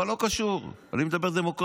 אבל לא קשור, אני מדבר על דמוקרטיה.